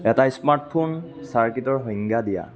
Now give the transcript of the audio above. এটা স্মাৰ্টফোন চাৰ্কিটৰ সংজ্ঞা দিয়া